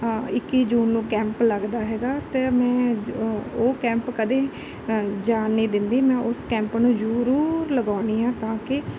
ਇੱਕੀ ਜੂਨ ਨੂੰ ਕੈਂਪ ਲੱਗਦਾ ਹੈਗਾ ਅਤੇ ਮੈਂ ਉਹ ਉਹ ਕੈਂਪ ਕਦੇ ਜਾਣ ਨਹੀਂ ਦਿੰਦੀ ਮੈਂ ਉਸ ਕੈਂਪ ਨੂੰ ਜ਼ਰੂਰ ਲਗਾਉਂਦੀ ਹਾਂ ਤਾਂ ਕਿ